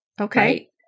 Okay